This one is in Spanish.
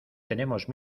tenemos